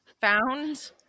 found